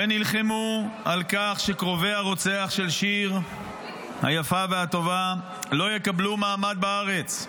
ונלחמו על כך שקרובי הרוצח של שיר היפה והטובה לא יקבלו מעמד בארץ.